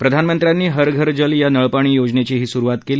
प्रधानमंत्र्यांनी हर घर जल या नळपाणी योजनेचेही सुरुवात केली